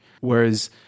whereas